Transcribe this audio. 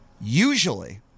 usually